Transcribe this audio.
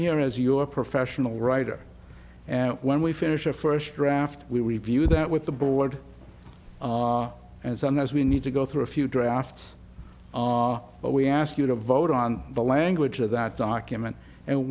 here is your professional writer and when we finish our first draft we review that with the board and sometimes we need to go through a few drafts but we ask you to vote on the language of that document and